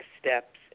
steps